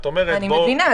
אני מבינה.